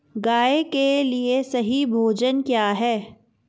गाय के लिए सही भोजन क्या है?